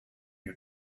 you